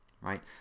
right